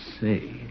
Say